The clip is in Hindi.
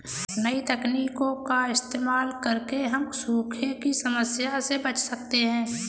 नई तकनीकों का इस्तेमाल करके हम सूखे की समस्या से बच सकते है